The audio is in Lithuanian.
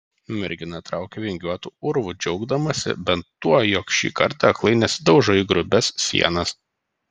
mergina traukė vingiuotu urvu džiaugdamasi bent tuo jog šį kartą aklai nesidaužo į grubias sienas